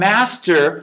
Master